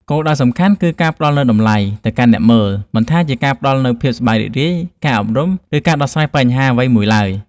គោលដៅសំខាន់គឺការផ្តល់នូវតម្លៃ ទៅកាន់អ្នកមើល មិនថាជាការផ្ដល់នូវភាពសប្បាយរីករាយ ការអប់រំ ឬការដោះស្រាយបញ្ហាអ្វីមួយឡើយ។